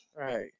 right